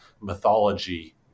mythology